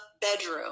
bedroom